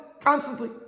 constantly